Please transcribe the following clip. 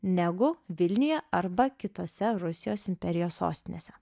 negu vilniuje arba kitose rusijos imperijos sostinėse